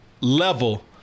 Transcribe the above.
level